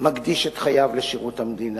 מקדיש את חייו לשירות המדינה,